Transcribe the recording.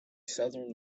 southern